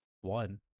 One